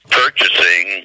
purchasing